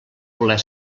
voler